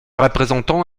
représentante